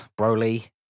Broly